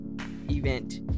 Event